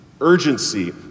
urgency